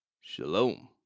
Shalom